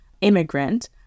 immigrant